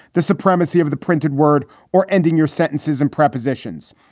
the supremacy of the printed word or ending your sentences and prepositions.